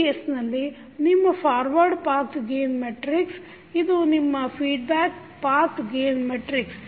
ಈ ಕೇಸ್ನಲ್ಲಿ ನಿಮ್ಮ ಫಾರ್ವರ್ಡ್ ಪಾತ್ ಗೇನ್ ಮೆಟ್ರಿಕ್ಸ್ ಇದು ನಿಮ್ಮ ಫೀಡ್ಬ್ಯಾಕ್ ಪಾತ್ ಗೇನ್ ಮೆಟ್ರಿಕ್ಸ್